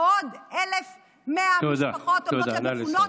ועוד 1,100 משפחות עומדות להיות מפונות.